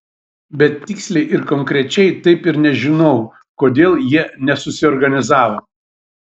bet tiksliai ir konkrečiai taip ir nežinau kodėl jie nesusiorganizavo